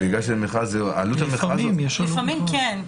לפעמים כן.